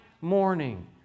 morning